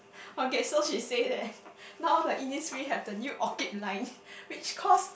ok so she said that now the Innisfree has the new orchid line which cost